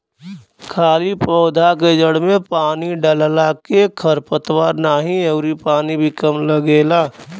खाली पौधा के जड़ में पानी डालला के खर पतवार नाही अउरी पानी भी कम लगेला